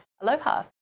aloha